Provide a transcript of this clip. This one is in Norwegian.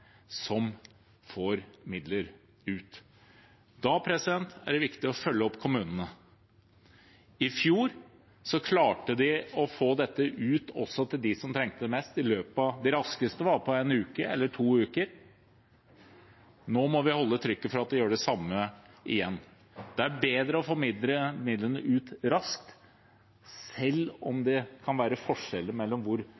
som får midler ut. Da er det viktig å følge opp kommunene. I fjor klarte de å få dette ut også til dem som trengte det mest, de raskeste i løpet av en uke eller to. Nå må vi holde trykket for at de gjør det samme igjen. Det er bedre å få midlene ut raskt, selv om det kan være forskjeller i hvor